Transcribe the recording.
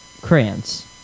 Crayons